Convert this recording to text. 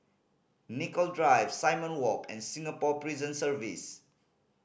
Nicoll Drive Simon Walk and Singapore Prison Service